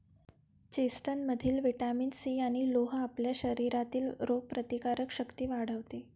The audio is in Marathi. चेस्टनटमधील व्हिटॅमिन सी आणि लोह आपल्या शरीरातील रोगप्रतिकारक शक्ती वाढवते